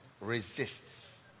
resists